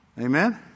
Amen